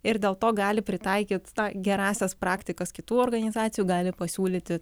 ir dėl to gali pritaikyt gerąsias praktikas kitų organizacijų gali pasiūlyti